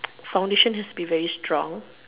foundation has been very strong